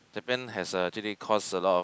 Japan has actually cost a lot of